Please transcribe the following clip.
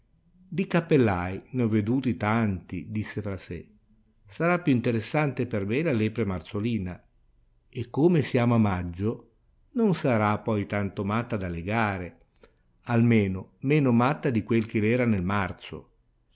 di cappellai ne ho veduti tanti disse fra sè sarà più interessante per me la lepre marzolina e come siamo a maggio non sarà poi tanto matta da legare almeno meno matta di quel che l'era nel marzo